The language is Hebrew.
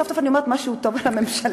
סוף-סוף אני אומרת משהו טוב על הממשלה,